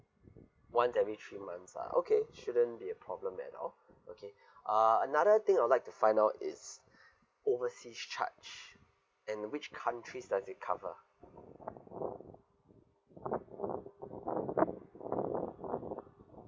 once every three months ah okay shouldn't be a problem at all okay uh another thing I would like to find out is overseas charge and which countries does it cover